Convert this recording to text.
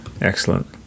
excellent